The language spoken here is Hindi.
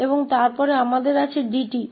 और फिर हमारे पास 𝑑𝑡 है